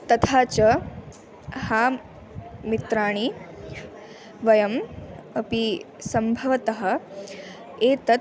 तथा च हां मित्राणि वयम् अपि सम्भवतः एतत्